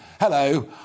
Hello